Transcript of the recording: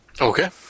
Okay